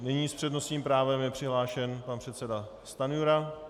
Nyní s přednostním právem je přihlášen pan předseda Stanjura.